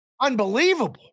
Unbelievable